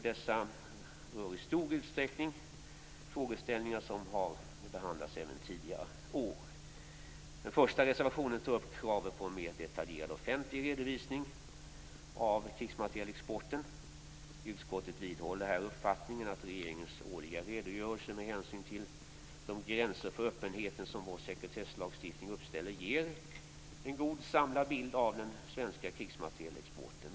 Dessa rör i stor utsträckning frågeställningar som har behandlats tidigare år. I den första reservationen tar man upp kravet på en mer detaljerad offentlig redovisning av krigsmaterielexporten. Utskottet vidhåller uppfattningen att regeringens årliga redogörelse, med hänsyn till de gränser för öppenheten som vår sekretesslagstiftning uppställer, ger en god samlad bild av den svenska krigsmaterielexporten.